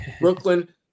Brooklyn